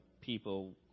people